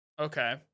Okay